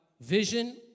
vision